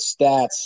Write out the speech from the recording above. stats